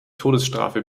todesstrafe